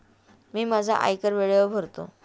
मी माझा आयकर वेळेवर भरतो